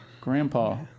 Grandpa